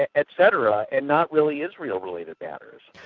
ah et cetera. and not really israel-related matters.